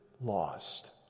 lost